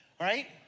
Right